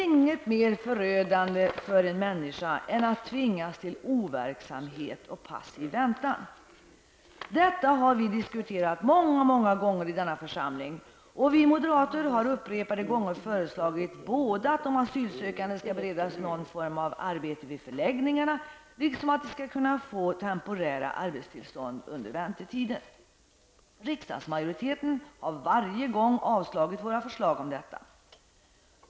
Inget är mer förödande för en människa än att tvingas till overksamhet och passiv väntan. Detta har vi diskuterat många gånger i denna församling, och vi moderater har upprepade gånger föreslagit både att de asylsökande skall beredas någon form av arbete vid förläggningarna och att de skall kunna få temporära arbetstillstånd under väntetiden. Riksdagsmajoriteten har varje gång avslagit våra förslag om detta.